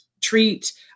treat